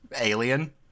Alien